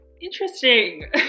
Interesting